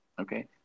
Okay